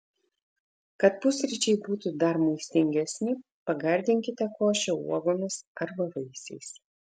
kad pusryčiai būtų dar maistingesni pagardinkite košę uogomis arba vaisiais